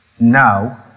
now